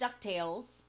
DuckTales